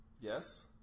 Yes